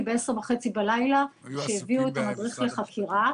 ב-22:30 בלילה שהביאו את המדריך לחקירה.